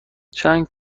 چند